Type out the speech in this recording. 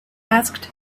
asked